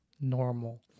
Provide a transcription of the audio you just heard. normal